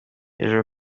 hejuru